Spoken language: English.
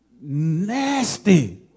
nasty